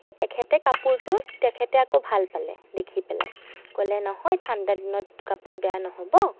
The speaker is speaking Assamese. কিন্তু তেখেতে কাপোৰটো তেখেতে আকৌ ভাল পালে দেখি পেলায় ক'লে নহয় ঠাণ্ডা দিনত এইটো কাপোৰ বেয়া নহ'ব